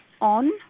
on